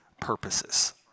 purposes